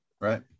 right